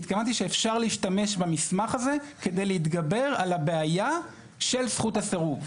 התכוונתי שאפשר להשתמש במסמך הזה כדי להתגבר על הבעיה של זכות הסירוב.